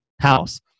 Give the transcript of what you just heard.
house